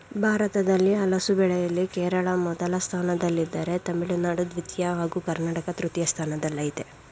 ಭಾರತದಲ್ಲಿ ಹಲಸು ಬೆಳೆಯಲ್ಲಿ ಕೇರಳ ಮೊದಲ ಸ್ಥಾನದಲ್ಲಿದ್ದರೆ ತಮಿಳುನಾಡು ದ್ವಿತೀಯ ಹಾಗೂ ಕರ್ನಾಟಕ ತೃತೀಯ ಸ್ಥಾನದಲ್ಲಯ್ತೆ